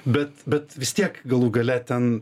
bet bet vis tiek galų gale ten